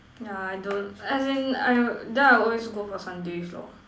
ya I don't as in I'm then I always go for sundaes lor